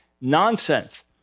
nonsense